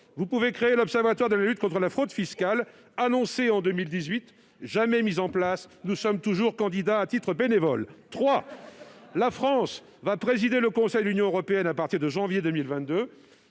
vous pouvez créer l'observatoire de la lutte contre la fraude fiscale, annoncé en 2018, jamais mis en place. Nous sommes candidats à titre bénévole. Troisièmement, la France va présider le Conseil de l'Union européenne à partir de janvier 2022.